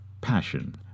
Passion